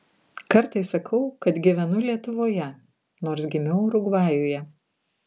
kartais sakau kad gyvenu lietuvoje nors gimiau urugvajuje